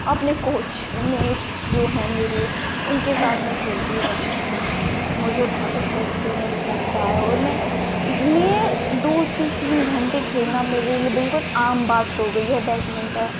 अपने कोचमेट्स जो हैं मेरे उनके साथ मैं खेलती रहती हूँ मुझे बहुत अच्छा एक्सपीरिएन्स लगता है और मैं मैं दो से तीन घण्टे खेलना मेरे लिए बिल्कुल आम बात हो गई है बैडमिन्टन